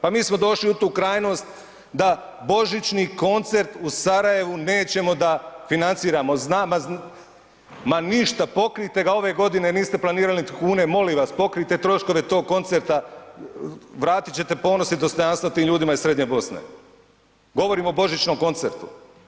Pa mi smo došli u tu krajnost da Božićni koncert u Sarajevu nećemo da financiramo, ma ništa pokrijte ga ove godine, niste planirali niti kune, molim vas pokrijte troškove tog koncerta vratit ćete ponos i dostojanstvo tim ljudima iz Srednje Bosne, govorim o Božićnom koncertu.